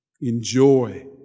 enjoy